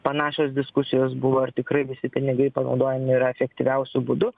panašios diskusijos buvo ar tikrai visi pinigai panaudojami yra efektyviausiu būdu